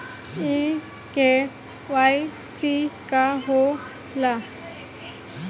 इ के.वाइ.सी का हो ला?